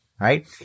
Right